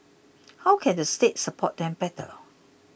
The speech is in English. how can the state support them better